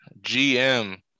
GM